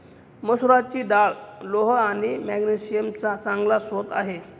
मसुराची डाळ लोह आणि मॅग्नेशिअम चा चांगला स्रोत आहे